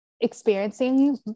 experiencing